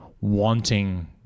wanting